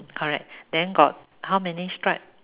correct then got how many stripe